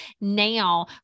now